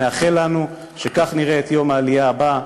נאחל לנו שכך נראה את יום העלייה הבא,